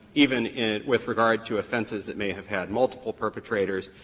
even with regard to offenses that may have had multiple perpetrators.